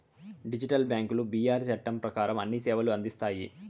digital బ్యాంకులు BR చట్టం ప్రకారం అన్ని సేవలను అందిస్తాయి